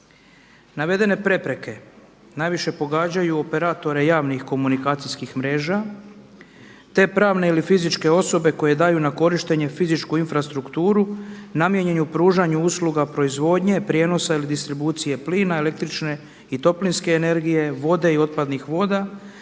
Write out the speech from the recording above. Navedene prepreke najviše pogađaju operatore javnih komunikacijskih mreža te pravne ili fizičke osobe koje daju na korištenje fizičku infrastrukturu namijenjenu pružanju usluga proizvodnje, prijenosa ili distribucije plina, električne i toplinske energije, vode i otpadnih voda